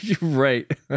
Right